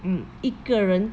mm 一个人